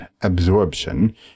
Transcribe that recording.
absorption